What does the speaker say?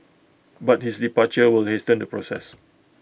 but his departure will hasten the process